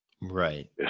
right